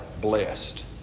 blessed